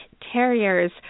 Terriers